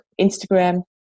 Instagram